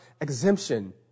exemption